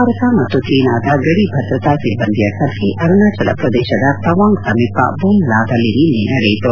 ಭಾರತ ಮತ್ತು ಜೀನಾದ ಗಡಿ ಭದ್ರತಾ ಸಿಬ್ಲಂದಿಯ ಸಭೆ ಅರುಣಾಚಲ ಪ್ರದೇಶದ ತವಾಂಗ್ ಸಮೀಪ ಬುಮ್ ಲಾದಲ್ಲಿ ನಿನ್ನೆ ನಡೆಯಿತು